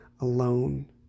alone